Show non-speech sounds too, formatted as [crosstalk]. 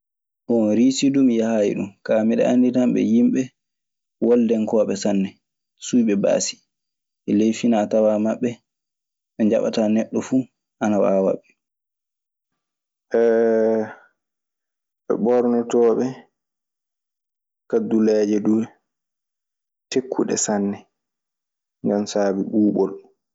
Bon Riisi duu mi yahayi ɗun. Kaa, miɗe anndi tan ɓe yimɓe woldenkooɓe sanne, suuyɓe baasi. E ley finaa tawaa maɓɓe, ɓe njaɓataa neɗɗo fuu ana waawa ɓe. [hesitation] e mornotooɓe kadduleeje du tekkuɗe sanne, saabi ɓuuɓol.